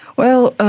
well,